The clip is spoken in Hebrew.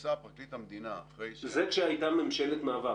וכשניסה פרקליט המדינה --- זה כשהייתה ממשלת מעבר.